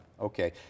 Okay